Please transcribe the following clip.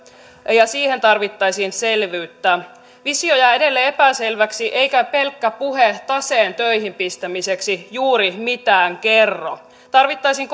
ja siihen tarvittaisiin selvyyttä visio jää edelleen epäselväksi eikä pelkkä puhe taseen töihin pistämiseksi juuri mitään kerro tarvittaisiin